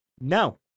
No